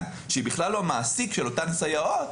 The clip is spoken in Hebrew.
שהיא בכלל לא המעסיק של אותן סייעות,